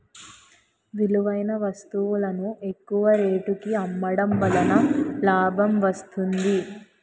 విలువైన వస్తువులను ఎక్కువ రేటుకి అమ్మడం వలన లాభం వస్తుంది